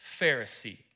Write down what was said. Pharisee